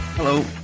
Hello